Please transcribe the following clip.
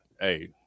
Hey